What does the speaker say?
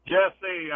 Jesse